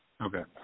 Okay